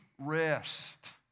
rest